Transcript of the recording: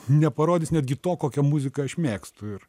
neparodys netgi to kokią muziką aš mėgstu ir